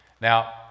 Now